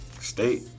state